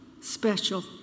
special